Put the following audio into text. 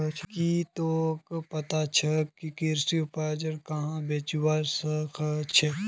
की तोक पता छोक के कृषि उपजक कुहाँ बेचवा स ख छ